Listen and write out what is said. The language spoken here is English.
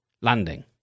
landing